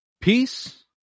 peace